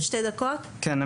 כן, בוקר טוב.